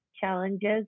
challenges